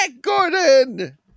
Gordon